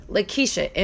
Lakeisha